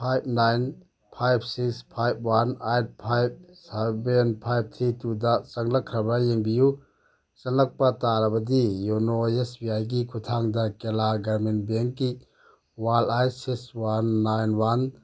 five nine five six five one eight five seven five three ꯇꯨꯗ ꯆꯪꯂꯛꯈ꯭ꯔꯕ ꯌꯦꯡꯕꯤꯌꯨ ꯆꯪꯂꯛꯄ ꯇꯥꯔꯕꯗꯤ ꯌꯣꯅꯣ ꯑꯦꯁ ꯕꯤ ꯑꯥꯏꯒꯤ ꯈꯨꯠꯊꯥꯡꯗ ꯀꯦꯔꯂꯥ ꯒ꯭ꯔꯥꯃꯤꯟ ꯕꯦꯡꯒꯤ one eight six one nine one